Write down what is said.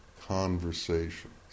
conversations